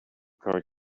card